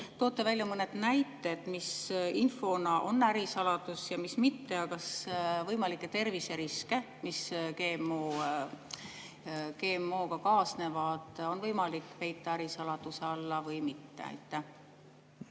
toote mõned näited, mis infona on ärisaladus ja mis mitte? Kas võimalikke terviseriske, mis GMO-dega kaasnevad, on võimalik peita ärisaladuse alla või mitte?